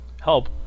help